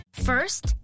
First